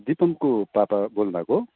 दिपमको पापा बोल्नु भएको हो